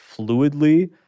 fluidly